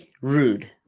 rude